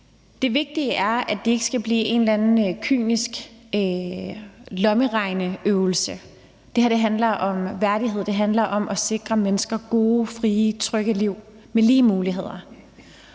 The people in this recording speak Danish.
Det vigtige er, at det ikke skal blive en eller anden kynisk lommeregnerøvelse. Det her handler om værdighed; det handler om at sikre mennesker gode, frie, trygge liv med lige muligheder.